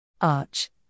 Arch